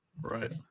right